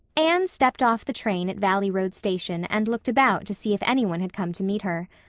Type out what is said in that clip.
anne stepped off the train at valley road station and looked about to see if any one had come to meet her.